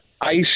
ice